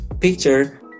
picture